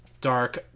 Dark